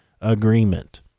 agreement